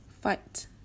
fight